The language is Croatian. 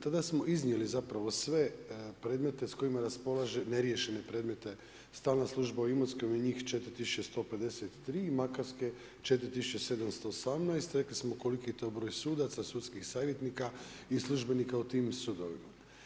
Tada smo iznijeli zapravo sve predmete s kojima raspolaže, neriješene predmete, stalna služba u Imotskom i njih 4153 i Makarske 4718, a rekli smo koliki je to broj sudaca, sudskih savjetnika i službenika u tim sudovima.